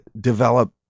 develop